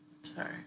Sorry